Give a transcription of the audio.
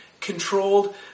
controlled